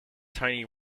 tiny